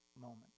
moment